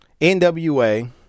NWA